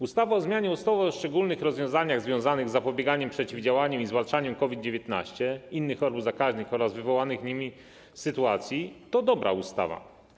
Ustawa o zmianie ustawy o szczególnych rozwiązaniach związanych z zapobieganiem, przeciwdziałaniem i zwalczaniem COVID-19, innych chorób zakaźnych oraz wywołanych nimi sytuacji kryzysowych to dobra ustawa.